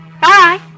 bye